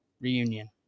Reunion